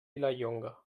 vilallonga